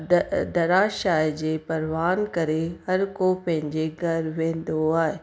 दरियाह शाह जे परवान करे हर को पंहिंजे घरु वेंदो आहे